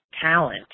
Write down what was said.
talent